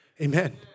Amen